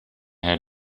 head